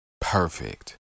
perfect